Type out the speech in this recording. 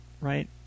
right